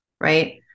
right